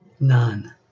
none